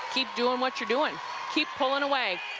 keep doing what you're doing keep pulling away.